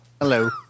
Hello